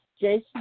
Jason